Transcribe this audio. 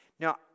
Now